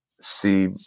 see